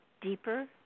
deeper